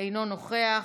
אינו נוכח,